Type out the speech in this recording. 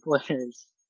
players